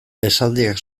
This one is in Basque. esaldiak